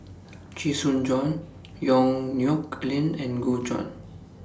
Chee Soon Juan Yong Nyuk Lin and Gu Juan